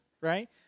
right